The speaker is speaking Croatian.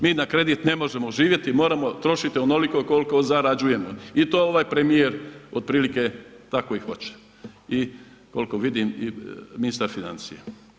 Mi na kredit ne možemo živjeti, moramo trošiti onoliko koliko zarađujemo i to ovaj premijer otprilike tako i hoće i koliko vidim i ministar financija.